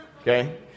okay